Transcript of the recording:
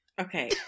okay